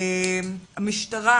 המשטרה